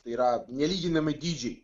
tai yra nelyginami dydžiai